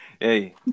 hey